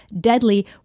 deadly